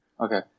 Okay